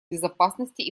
безопасности